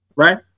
Right